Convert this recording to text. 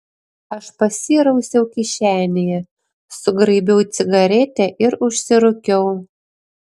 aš pasirausiau kišenėje sugraibiau cigaretę ir užsirūkiau